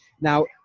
Now